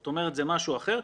זאת אומרת, זה משהו אחר.